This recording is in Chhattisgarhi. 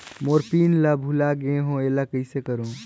मोर पिन ला भुला गे हो एला कइसे करो?